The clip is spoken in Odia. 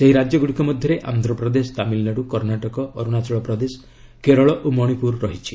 ସେହି ରାଜ୍ୟଗୁଡ଼ିକ ମଧ୍ୟରେ ଆନ୍ଧ୍ରପ୍ରଦେଶ ତାମିଲ୍ନାଡୁ କର୍ଣ୍ଣାଟକ ଅରୁଣାଚଳ ପ୍ରଦେଶ କେରଳ ଓ ମଣିପୁର ରହିଛି